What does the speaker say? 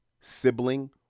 sibling